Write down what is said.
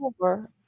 over